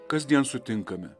kasdien sutinkame